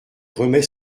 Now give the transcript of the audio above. remet